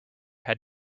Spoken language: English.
had